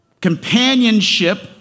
Companionship